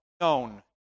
known